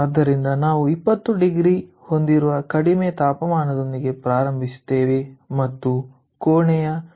ಆದ್ದರಿಂದ ನಾವು 20 ಡಿಗ್ರಿ ಹೊಂದಿರುವ ಕಡಿಮೆ ತಾಪಮಾನದೊಂದಿಗೆ ಪ್ರಾರಂಭಿಸುತ್ತೇವೆ ಮತ್ತು ಕೋಣೆಯ ಉಷ್ಣತೆಯು 150 ಡಿಗ್ರಿ ಆಗಿದೆ